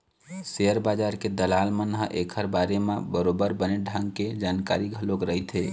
share बजार के दलाल मन ल ऐखर बारे म बरोबर बने ढंग के जानकारी घलोक रहिथे